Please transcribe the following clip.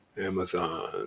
Amazon